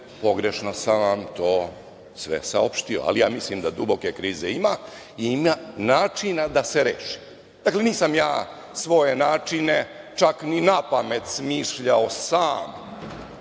pogrešno sam vam to sve saopštio, ali ja mislim da duboke krize ima. Ima načina da se reši. Dakle, nisam ja svoje načine čak ni napamet smišljao sam,